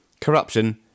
Corruption